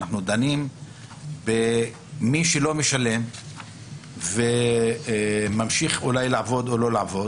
אנחנו דנים במי שלא משלם וממשיך אולי לעבוד או לא לעבוד,